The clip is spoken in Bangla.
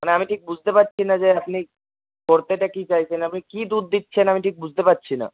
মানে আমি ঠিক বুঝতে পারছি না যে আপনি করতেটা কি চাইছেন আপনি কি দুধ দিচ্ছেন আমি ঠিক বুঝতে পারছি না